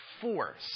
force